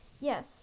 Yes